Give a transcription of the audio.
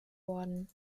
worden